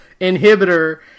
inhibitor